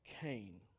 Cain